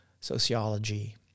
sociology